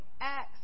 acts